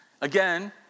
again